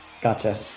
gotcha